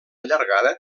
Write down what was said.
llargada